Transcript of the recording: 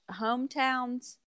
hometowns